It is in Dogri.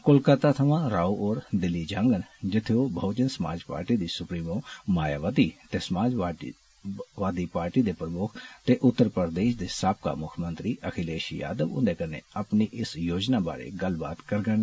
कोलकाता थमां राव होर दिल्ली जाडन जित्थे ओह बहुजन समाज पार्टी दी सुप्रीमो मायावती ते समाजवादी पार्टी दे प्रमुक्ख ते उत्तर प्रदेष दे साबका मुक्खमंत्री अखिलेष यादव हुंदे कन्नै अपनी इस योजना इस बारै गल्लबात करङन